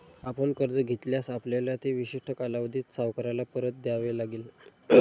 आपण कर्ज घेतल्यास, आपल्याला ते विशिष्ट कालावधीत सावकाराला परत द्यावे लागेल